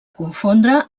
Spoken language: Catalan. confondre